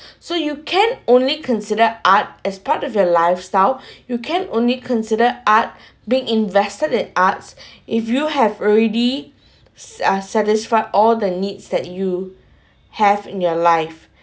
so you can only consider art as part of your lifestyle you can only consider art being invested in arts if you have already uh satisfied all the needs that you have in your life